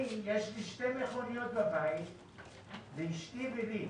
אני, יש לי שתי מכוניות, לאשתי ולי.